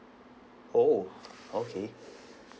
oh okay